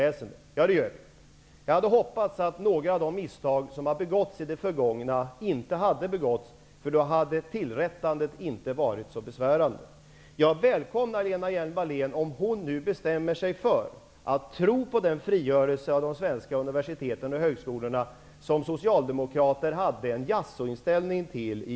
Men jag hade hoppats att vi skulle ha sluppit några av de misstag som begåtts i det förgångna, för då hade det inte varit så besvärande att rätta till saker. Jag välkomnar Lena Hjelm-Wallén om hon bestämmer sig för att tro på den frigörelse av de svenska universiteten och högskolorna som Socialdemokraterna i julas hade en ''jasåinställning'' till.